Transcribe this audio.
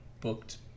booked